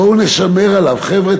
בואו נשמור עליו, חבר'ה.